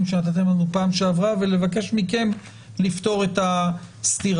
שנתתם לנו בפעם שעבר ולבקש מכם לפתור את הסתירה.